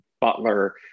Butler